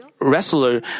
wrestler